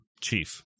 chief